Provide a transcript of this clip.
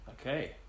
Okay